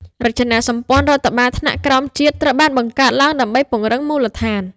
រចនាសម្ព័ន្ធរដ្ឋបាលថ្នាក់ក្រោមជាតិត្រូវបានបង្កើតឡើងដើម្បីពង្រឹងមូលដ្ឋាន។